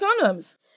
condoms